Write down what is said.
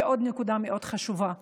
ועוד נקודה חשובה מאוד: